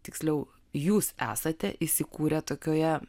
tiksliau jūs esate įsikūrę tokioje